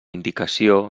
indicació